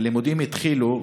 הלימודים התחילו,